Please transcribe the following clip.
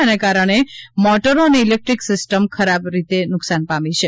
આને કારણે મોટરો અને ઇલેક્ટ્રીક સિસ્ટમ ખરાબ રીતે નુકસાન પામી છે